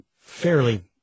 fairly